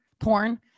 porn